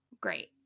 great